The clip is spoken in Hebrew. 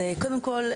קודם כול,